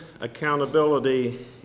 accountability